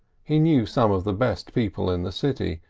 he knew some of the best people in the city,